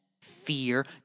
fear